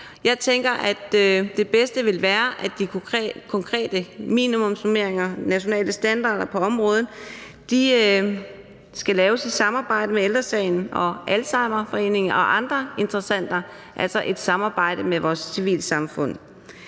Jeg tænker, at det bedste vil være, at de konkrete minimumsnormeringer, de nationale standarder på området, skal laves i samarbejde med Ældre Sagen og Alzheimerforeningen og andre interessenter, altså et samarbejde med vores civilsamfund.